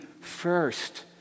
first